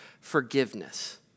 forgiveness